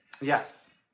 Yes